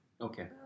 Okay